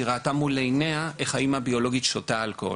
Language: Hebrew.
שאמרה לי שהיא ראתה מול עיניה שהאמא הביולוגית שתתה אלכוהול.